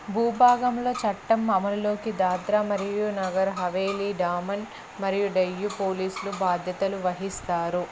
భూభాగంలో చట్టం అమలుకి దాద్రా మరియు నగర్ హవేలీ డామన్ మరియు డయ్యూ పోలీసులు బాధ్యతలు వహిస్తారు